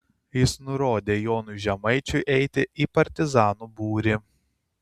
jis nurodė jonui žemaičiui eiti į partizanų būrį